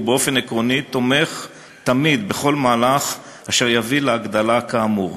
ובאופן עקרוני תומך תמיד בכל מהלך אשר יביא להגדלה כאמור.